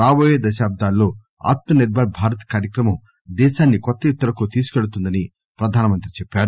రాబోయే దశాబ్దాల్లో ఆత్మ నిర్బర్ భారత్ కార్యక్రమం దేశాన్సి కొత్త ఎత్తులకు తీసుకుపెళుతుందని ప్రధానమంత్రి చెప్పారు